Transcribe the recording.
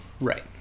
right